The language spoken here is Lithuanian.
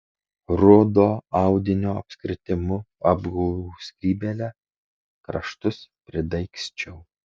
rudo audinio apskritimu apgaubiau skrybėlę kraštus pridaigsčiau